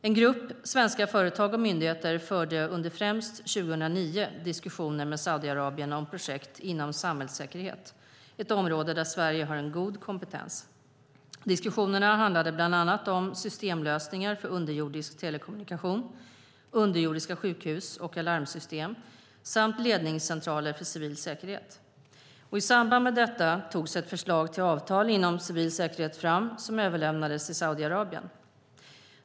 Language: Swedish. En grupp svenska företag och myndigheter förde under främst 2009 diskussioner med Saudiarabien om projekt inom samhällssäkerhet, ett område där Sverige har en god kompetens. Diskussionerna handlade bland annat om systemlösningar för underjordisk telekommunikation, underjordiska sjukhus och alarmsystem samt ledningscentraler för civil säkerhet. I samband med detta togs ett förslag till avtal inom civil säkerhet fram, som överlämnades till Saudiarabien.